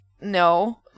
no